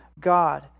God